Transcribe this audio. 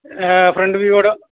front വ്യൂവോട്